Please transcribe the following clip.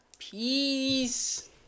peace